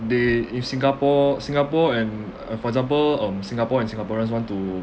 they if singapore singapore and uh for example um singapore and singaporeans want to